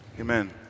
Amen